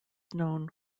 known